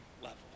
level